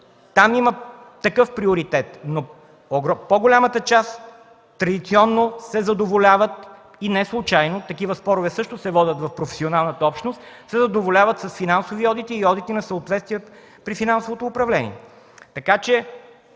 Там има такъв приоритет, но в по-голямата част традиционно се задоволяват – и неслучайно, такива спорове се водят също в професионалната общност, с финансови одити, одити на съответствието при финансовото управление. Така че